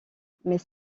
mais